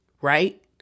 right